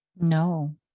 no